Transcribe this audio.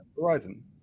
Horizon